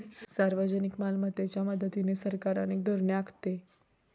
सार्वजनिक मालमत्तेच्या मदतीने सरकार अनेक धोरणे आखते